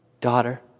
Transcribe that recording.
daughter